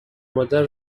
مادر